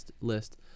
list